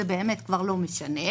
זה באמת כבר לא משנה.